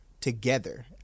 together